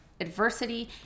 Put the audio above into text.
adversity